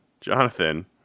Jonathan